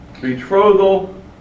betrothal